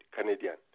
Canadian